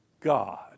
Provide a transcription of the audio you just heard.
God